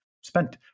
Spent